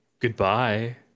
Goodbye